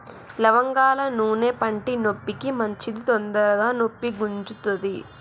లవంగాల నూనె పంటి నొప్పికి మంచిది తొందరగ నొప్పి గుంజుతది